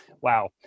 Wow